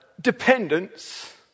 dependence